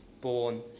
born